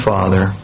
Father